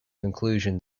conclusion